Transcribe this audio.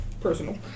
personal